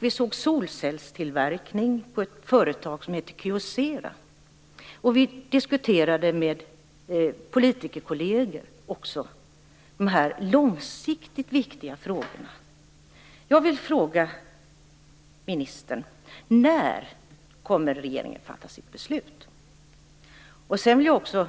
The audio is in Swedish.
Vi såg solcellstillverkning på ett företag vid namn Kyocera. Vi diskuterade med politikerkolleger de långsiktigt viktiga frågorna. När kommer regeringen att fatta sitt beslut?